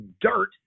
dirt